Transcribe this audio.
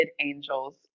angels